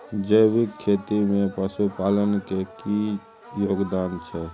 जैविक खेती में पशुपालन के की योगदान छै?